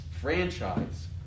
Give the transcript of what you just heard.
franchise